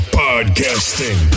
podcasting